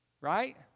right